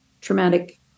traumatic